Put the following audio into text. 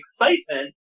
excitement